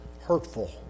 hurtful